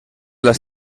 las